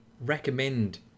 recommend